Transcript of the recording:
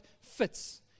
fits